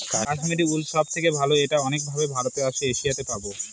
Kashmiri wool সব থেকে ভালো এটা অনেক ভাবে ভারতে আর এশিয়াতে পাবো